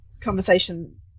conversation